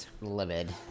livid